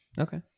Okay